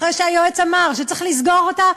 אחרי שהיועץ אמר שצריך לסגור אותה,